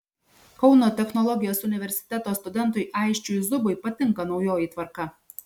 kauno technologijos universiteto studentui aisčiui zubui patinka naujoji tvarka